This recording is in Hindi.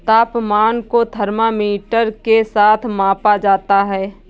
तापमान को थर्मामीटर के साथ मापा जाता है